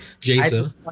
Jason